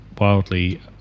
wildly